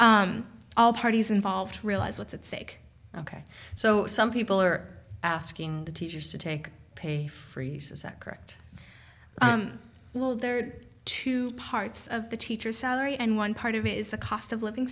think all parties involved realize what's at stake ok so some people are asking the teachers to take pay freezes that correct well there are two parts of the teacher's salary and one part of it is the cost of living